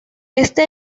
este